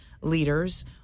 Leaders